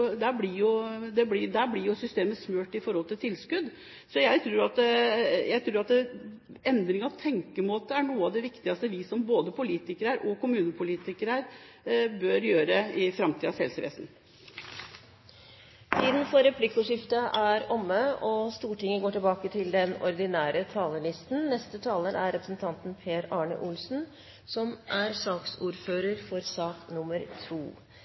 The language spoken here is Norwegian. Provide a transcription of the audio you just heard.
Der blir jo systemet smurt i forhold til tilskudd. Så jeg tror at endring av tenkemåte er noe av det viktigste vi som stortingspolitikere og kommunepolitikere bør gjøre i framtidens helsevesen. Replikkordskiftet er omme. Som saksordfører for